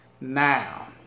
now